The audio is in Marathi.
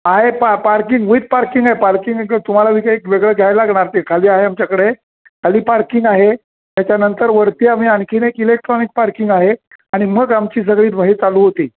आहे पा पार्किंग विथ पार्किंग आहे पार्किंग एक तुम्हाला तर एक वेगळं घ्यायला लागणार ते खाली आहे आमच्याकडे खाली पार्किंग आहे त्याच्यानंतर वरती आम्ही आणखी एक इलेक्ट्रॉनिक पार्किंग आहे आणि मग आमची सगळी भ हे चालू होती